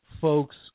folks